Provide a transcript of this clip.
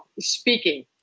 speaking